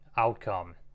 outcome